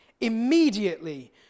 immediately